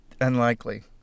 Unlikely